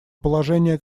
положения